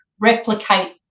replicate